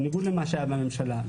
בניגוד למה שהיה בממשלה,